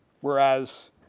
Whereas